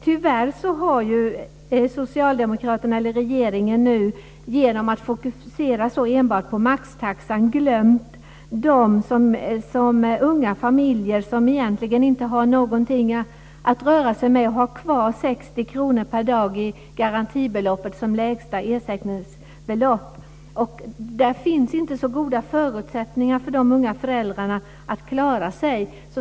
Tyvärr har den socialdemokratiska regeringen genom att enbart fokusera på maxtaxan glömt de unga familjer som egentligen inte har någonting att röra sig med. De har kvar 60 kr per dag, som är garantibeloppets lägsta ersättningsnivå. Det finns inte så goda förutsättningar för de unga föräldrarna att klara sig.